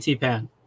Pan